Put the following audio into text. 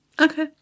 Okay